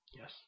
Yes